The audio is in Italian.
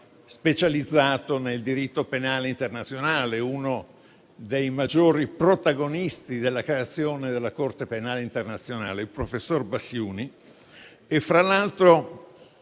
specializzato nel diritto penale internazionale, uno dei maggiori protagonisti della creazione della Corte penale internazionale, il professor Bassiouni. Fra l'altro,